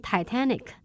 Titanic